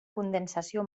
condensació